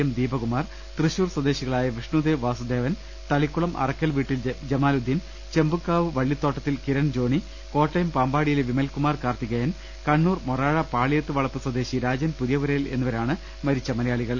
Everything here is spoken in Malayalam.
എം ദീപകുമാർ തൃശൂർ സ്വദേശികളായ വിഷ്ണുദേവ് വാസുദേവൻ തളിക്കുളം അറക്കൽ വീട്ടിൽ ജമാലുദ്ദീൻ ചെമ്പുക്കാവ് വള്ളിത്തോട്ടത്തിൽ കിരൺ ജോണി കോട്ടയം പാമ്പാടിയിലെ വിമൽകുമാർ കാർത്തികേയൻ കണ്ണൂർ മൊറാഴ പാളിയത്ത് വളപ്പ് സ്വദേശി രാജൻ പുതിയപുരയിൽ എന്നി വരാണ് മരിച്ച മലയാളികൾ